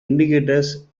indicators